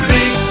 Big